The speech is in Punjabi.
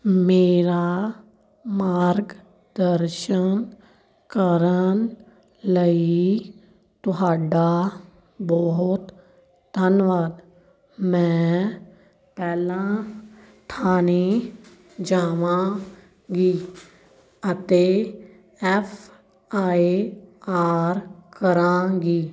ਮੇਰਾ ਮਾਰਗ ਦਰਸ਼ਨ ਕਰਨ ਲਈ ਤੁਹਾਡਾ ਬਹੁਤ ਧੰਨਵਾਦ ਮੈਂ ਪਹਿਲਾਂ ਥਾਣੇ ਜਾਵਾਂਗੀ ਅਤੇ ਐਫ ਆਈ ਆਰ ਕਰਾਂਗੀ